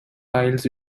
tiles